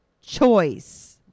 choice